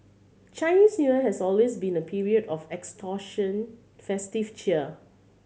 Chinese New Year has always been a period of extortion festive cheer